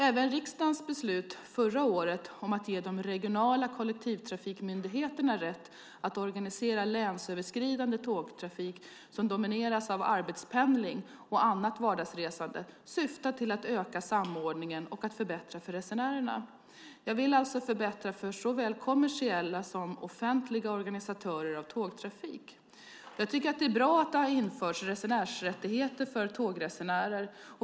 Även riksdagens beslut från förra året om att ge de regionala kollektivtrafikmyndigheterna rätt att organisera länsgränsöverskridande tågtrafik som domineras av arbetspendling och annat vardagsresande syftar till att öka samordningen och att förbättra för resenärerna. Jag vill alltså förbättra för såväl kommersiella som offentliga organisatörer av tågtrafik. Jag tycker att det är bra att det har införts resenärsrättigheter för tågresenärer.